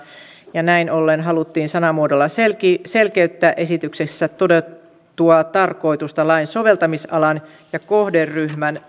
ja näin ollen haluttiin sanamuodolla selkiyttää esityksessä todettua tarkoitusta lain soveltamisalan ja kohderyhmän